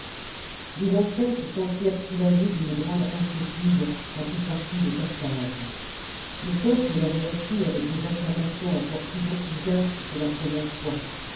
les anciens se sentirent soulagés d'une grande inquiétude quand il partit de carthage le peuple l'avait reçu avec des acclamations encore plus enthousiastes que la première fois